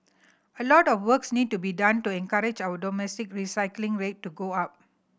a lot of works need to be done to encourage our domestic recycling rate to go up